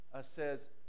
says